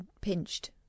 pinched